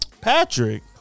Patrick